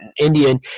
Indian